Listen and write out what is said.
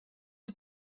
für